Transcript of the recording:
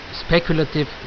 speculative